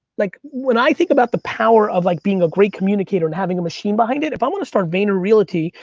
like when i think about the power of like being a great communicator and having a machine behind it, if i wanna start vayner realty,